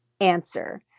answer